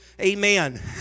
Amen